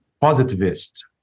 positivist